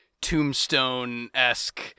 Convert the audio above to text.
tombstone-esque